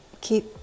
keep